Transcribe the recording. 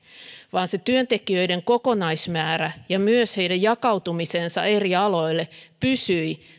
vaan se työntekijöiden kokonaismäärä ja myös heidän jakautumisensa eri aloille pysyi